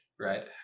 right